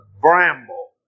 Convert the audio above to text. bramble